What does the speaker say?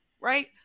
right